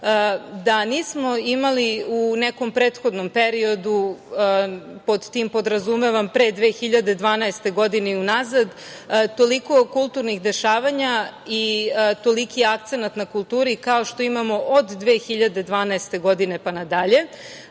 da nismo imali u nekom prethodnom periodu, pod tim podrazumevam pre 2012. godine i unazad toliko kulturnih dešavanja i toliki akcenat na kulturu kao što imamo od 2012. godine, pa nadalje. Takođe